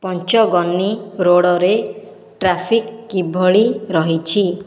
ପଞ୍ଚଗନି ରୋଡ୍ରେ ଟ୍ରାଫିକ୍ କିଭଳି ରହିଛି